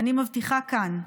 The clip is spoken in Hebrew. אני מבטיחה כאן,